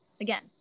Again